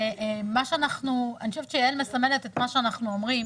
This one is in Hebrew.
שאני חושבת שיעל מסמלת את מה שאנחנו אומרים,